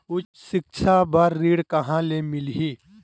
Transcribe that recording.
उच्च सिक्छा बर ऋण कहां ले मिलही?